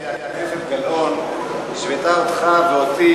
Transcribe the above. חברת הכנסת גלאון השוותה אותך ואותי